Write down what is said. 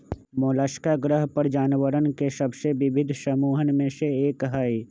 Mollusca ग्रह पर जानवरवन के सबसे विविध समूहन में से एक हई